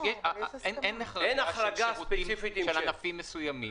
אין החרגה של השירותים של ענפים מסוימים.